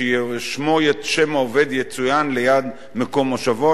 ששם העובד יצוין ליד מקום מושבו,